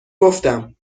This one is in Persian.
گفتم